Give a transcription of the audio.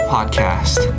Podcast